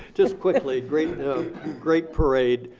just quickly, great great parade.